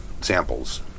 samples